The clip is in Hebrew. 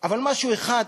אבל משהו אחד.